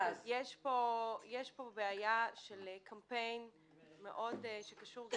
יש פה בעיה של קמפיין מאוד שקשור גם